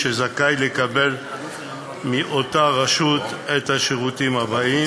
שזכאי לקבל מאותה רשות את השירותים האלה,